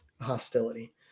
hostility